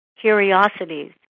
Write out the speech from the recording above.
curiosities